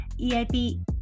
EIP